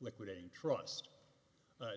liquidating trust